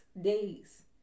days